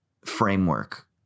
framework